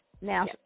Now